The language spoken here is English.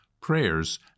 prayers